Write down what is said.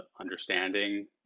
understanding